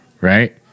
Right